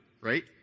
right